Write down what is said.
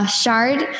Shard